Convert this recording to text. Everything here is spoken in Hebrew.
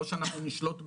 לא שאנחנו נשלוט בהם,